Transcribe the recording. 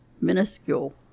minuscule